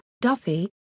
Duffy